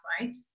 right